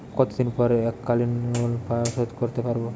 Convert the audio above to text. কতদিন পর এককালিন লোনশোধ করতে সারব?